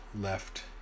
left